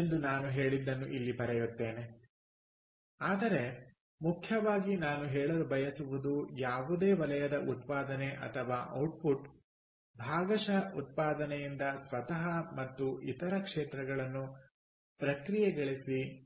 ಎಂದು ನಾನು ಹೇಳಿದ್ದನ್ನು ಇಲ್ಲಿ ಬರೆಯುತ್ತೇನೆ ಆದರೆ ಮುಖ್ಯವಾಗಿ ನಾನು ಹೇಳಲು ಬಯಸುವುದು ಯಾವುದೇ ವಲಯದ ಉತ್ಪಾದನೆ ಅಥವಾ ಔಟ್ಪುಟ್ ಭಾಗಶಃ ಉತ್ಪಾದನೆಯಿಂದ ಸ್ವತಃ ಮತ್ತು ಇತರ ಕ್ಷೇತ್ರಗಳನ್ನು ಪ್ರಕ್ರಿಯೆಗೊಳಿಸಿ ಬಳಸಲ್ಪಡುತ್ತದೆ